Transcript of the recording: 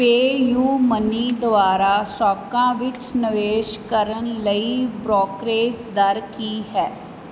PayU money ਦੁਆਰਾ ਸਟਾਕਾਂ ਵਿੱਚ ਨਿਵੇਸ਼ ਕਰਨ ਲਈ ਬ੍ਰੋਕਰੇਜ ਦਰ ਕੀ ਹੈ